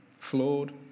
flawed